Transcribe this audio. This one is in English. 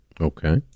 Okay